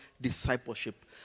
discipleship